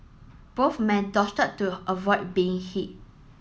both men to avoid being hit